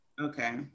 okay